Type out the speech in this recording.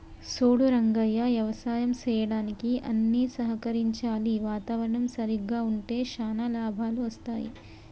సూడు రంగయ్య యవసాయం సెయ్యడానికి అన్ని సహకరించాలి వాతావరణం సరిగ్గా ఉంటే శానా లాభాలు అస్తాయి